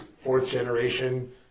fourth-generation